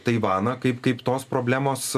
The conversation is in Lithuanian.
taivaną kaip kaip tos problemos